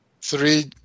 Three